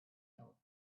help